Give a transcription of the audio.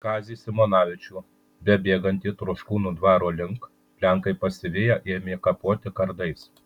kazį simonavičių bebėgantį troškūnų dvaro link lenkai pasiviję ėmė kapoti kardais